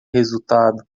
resultado